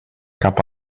cap